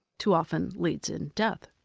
too often leads in death.